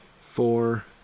four